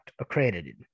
accredited